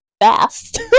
fast